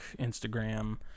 Instagram